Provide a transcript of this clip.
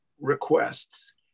requests